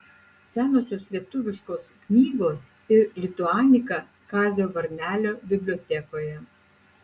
senosios lietuviškos knygos ir lituanika kazio varnelio bibliotekoje